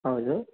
ಹೌದು